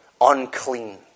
Unclean